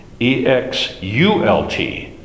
E-X-U-L-T